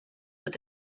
with